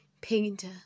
painter